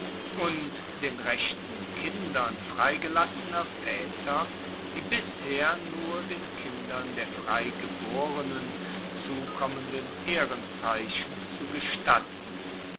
und den rechten kindern freigelassener vaeter die bisher nur den kindern der freigeborenen zukommenden ehrenzeichen zu gestatten